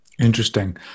Interesting